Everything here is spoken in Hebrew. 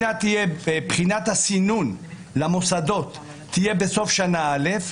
שבחינת הסינון למוסדות תהיה בסוף שנה א'.